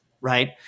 right